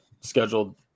scheduled